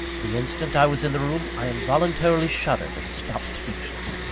the instant i was in the room, i involuntarily shuddered and stopped speechless.